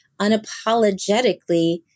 unapologetically